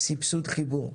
סבסוד חיבור.